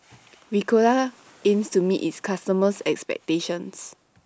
Ricola aims to meet its customers expectations